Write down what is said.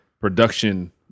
production